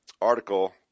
article